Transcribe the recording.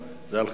זה על חשבוני,